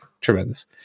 Tremendous